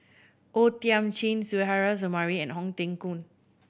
O Thiam Chin Suzairhe Sumari and Ong Teng Koon